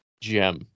gem